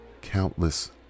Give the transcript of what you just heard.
Countless